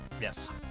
Yes